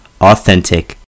Authentic